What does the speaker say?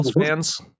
fans